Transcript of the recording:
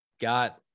got